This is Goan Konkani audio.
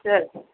चल